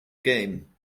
game